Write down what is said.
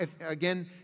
again